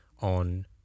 on